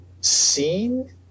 seen